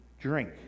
drink